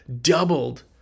doubled